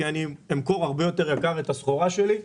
כי אני אמכור הרבה יותר יקר את הסחורה שלי.